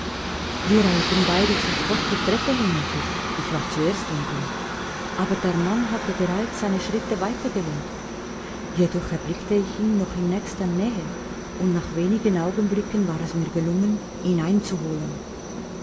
wir eilten beide sofort die treppe hinunter ich war zuerst unten aber der mann hatte bereits seine schritte weiter gelenkt jedoch erblickte ich ihn noch in nächster nähe und nach wenigen augenblicken war es mir gelungen ihn einzuholen